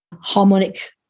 harmonic